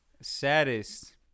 saddest